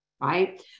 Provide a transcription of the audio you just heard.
right